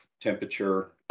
temperature